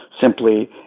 simply